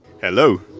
Hello